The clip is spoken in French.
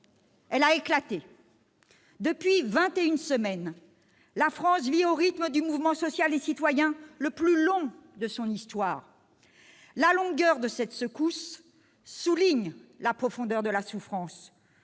Elle a éclaté. Depuis vingt et une semaines, la France vit au rythme du mouvement social et citoyen le plus long de son histoire. La longueur de cette secousse souligne la profondeur de la souffrance.